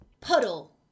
Puddle